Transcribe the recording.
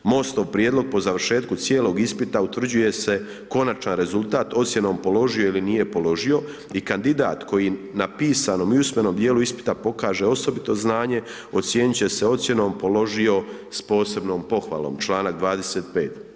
MOST-ov prijedlog po završetku cijelog ispita utvrđuje se konačan rezultat ocjenom položio ili nije položio, i kandidat koji na pisanom i usmenom djelu ispita pokaže osobito znanje, ocijenit će se ocjenom s posebnom pohvalom, članak 25.